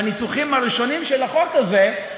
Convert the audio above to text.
בניסוחים הראשונים של החוק הזה,